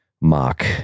mock